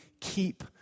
keep